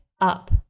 up